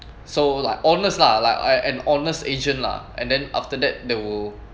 so like honest lah like an honest agent lah and then after that they will